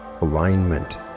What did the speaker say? Alignment